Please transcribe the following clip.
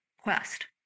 quest